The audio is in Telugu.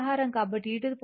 కాబట్టిe jθ1 θ2